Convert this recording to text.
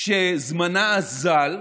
שזמנה אזל,